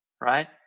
right